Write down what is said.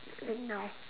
eight now